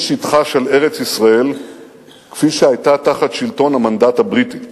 שטחה של ארץ-ישראל כפי שהיתה תחת שלטון המנדט הבריטי